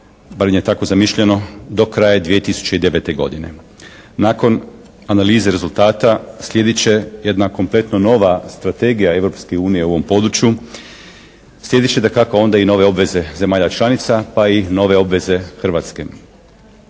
barem je tako zamišljeno do kraja 2009. godine. Nakon analize rezultata slijedit će jedna kompletno nova strategija Europske unije u ovom području. Slijedit će dakako onda i nove obveze zemalja članica, pa i nove obveze Hrvatske.